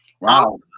Wow